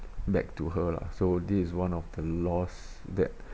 back to her lah so this is one of the loss that